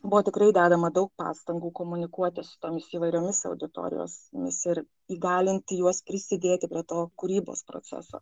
buvo tikrai dedama daug pastangų komunikuoti su tomis įvairiomis auditorijos mis ir įgalinti juos prisidėti prie to kūrybos proceso